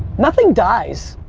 nothing dies,